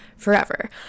forever